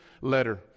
letter